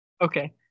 Okay